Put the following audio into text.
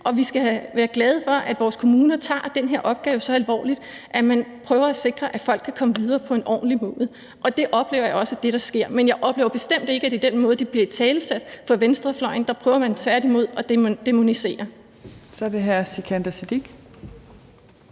og vi skal være glade for, at kommunerne tager den her opgave så alvorligt, at man prøver at sikre, at folk kan komme videre på en ordentlig måde, og det oplever jeg også er det, der sker. Men jeg oplever bestemt ikke, at det er den måde, som det bliver italesat på fra venstrefløjens side – der prøver man tværtimod at dæmonisere. Kl. 18:14 Fjerde